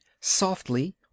softly